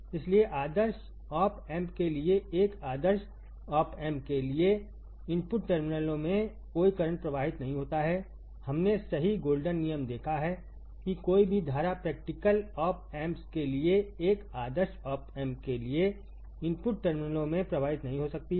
इसलिए आदर्श op amp के लिए एक आदर्श ऑप एम्प के लिए इनपुट टर्मिनलों में कोई करंट प्रवाहित नहीं होता है हमने सही गोल्डन नियम देखा है किकोई भी धारा प्रैक्टिकलऑप एम्प्स के लिए एक आदर्श ऑप एम्प के लिए इनपुट टर्मिनलों में प्रवाहित नहीं हो सकती है